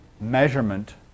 measurement